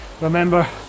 remember